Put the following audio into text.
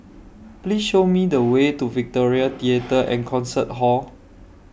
Please Show Me The Way to Victoria Theatre and Concert Hall